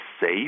safe